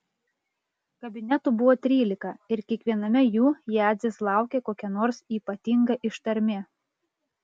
kabinetų buvo trylika ir kiekviename jų jadzės laukė kokia nors ypatinga ištarmė